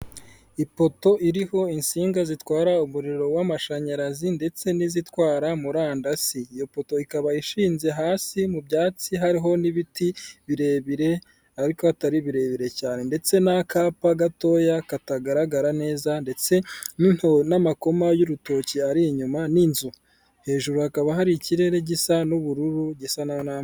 Ipoto iriho insinga zitwara umuriro w'amashanyarazi ndetse n'izitwara murandasi, iyo poto ikaba ishinze hasi mu byatsi, hariho n'ibiti birebire ariko atari birebire cyane, ndetse n'akapa gatoya katagaragara neza, ndetse n'amakoma y'urutoki ari inyuma n'inzu, hejuru hakaba hari ikirere gisa n'ubururu gisa n'ama...